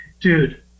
dude